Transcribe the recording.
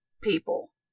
people